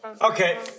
Okay